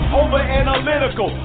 overanalytical